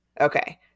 Okay